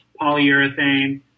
polyurethane